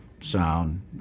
sound